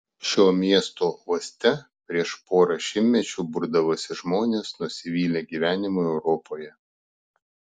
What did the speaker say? šio miesto uoste prieš porą šimtmečių burdavosi žmonės nusivylę gyvenimu europoje